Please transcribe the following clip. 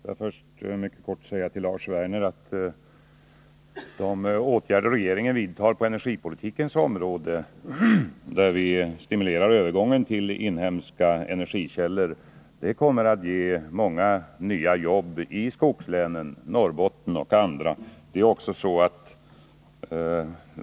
Fru talman! Får jag först mycket kort säga till Lars Werner, att de åtgärder regeringen vidtar på energipolitikens område, där vi stimulerar övergången till inhemska energikällor, kommer att ge många nya jobb i skogslänen — Norrbotten och andra län.